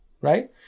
Right